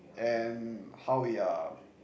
and how we are